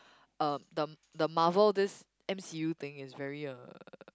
um the the Marvel this M_C_U thing is very uh